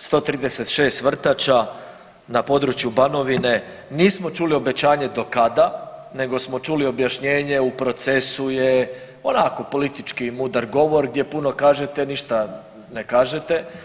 136 vrtača na području Banovine nismo čuli obećanje do kada nego smo čuli objašnjenje u procesu je, onako politički mudar govor gdje puno kažete, a ništa ne kažete.